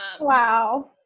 Wow